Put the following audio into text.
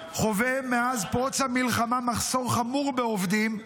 חווה מאז פרוץ המלחמה מחסור חמור בעובדים,